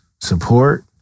Support